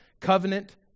covenant